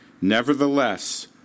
Nevertheless